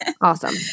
Awesome